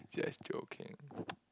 see I was joking